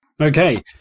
Okay